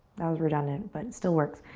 that was redundant, but it still works.